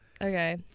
Okay